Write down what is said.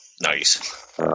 Nice